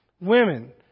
women